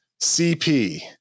CP